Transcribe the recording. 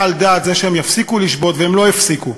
על דעת זה שהם יפסיקו לשבות והם לא הפסיקו.